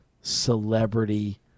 celebrity